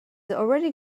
already